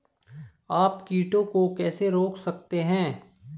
आप कीटों को कैसे रोक सकते हैं?